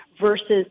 versus